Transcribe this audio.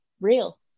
real